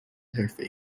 حرفه